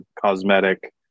cosmetic